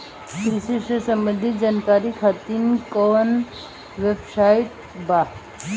कृषि से संबंधित जानकारी खातिर कवन वेबसाइट बा?